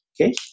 Okay